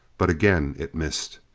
but again it missed.